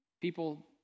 people